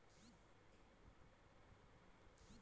Oriental Bank of Commerce का विलय Punjab National Bank में हो गया है